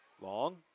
Long